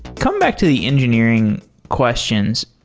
coming back to the engineering questions,